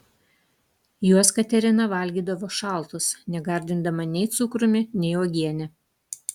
juos katerina valgydavo šaltus negardindama nei cukrumi nei uogiene